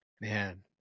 Man